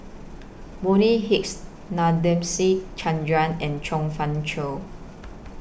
Bonny Hicks Nadasen Chandra and Chong Fah Cheong